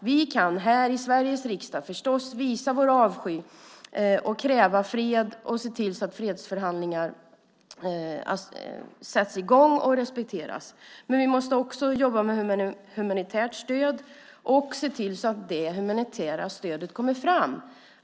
Vi kan här i Sveriges riksdag förstås visa vår avsky, kräva fred och se till att fredsförhandlingar sätts i gång och respekteras. Men vi måste också jobba med humanitärt stöd och se till att det kommer fram.